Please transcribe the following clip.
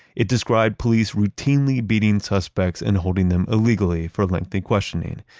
it described police routinely beating suspects and holding them illegally for lengthy questioning.